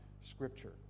scripture